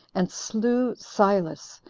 and slew silas,